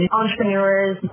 entrepreneurs